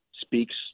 speaks